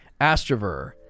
Astrover